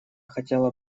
хотела